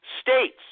states